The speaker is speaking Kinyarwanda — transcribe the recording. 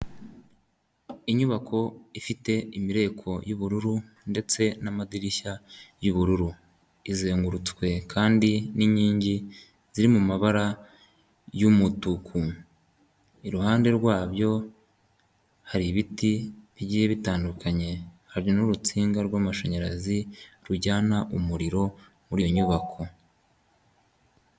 Inyubako ifite imireko y'ubururu ndetse n'amadirishya yubururu izengurutswe kandi n'inkingi ziri mumabara y'umutuku, iruhande rwabyo hari ibiti bigiye bitandukanye hari n'urunsinga rw'amashanyarazi rujyana umuriro muri iyo nyubako.